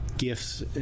gifts